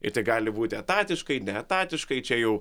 ir tai gali būti etatiškai ne etatiškai čia jau